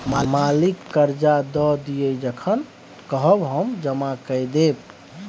मालिक करजा दए दिअ जखन कहब हम जमा कए देब